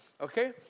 Okay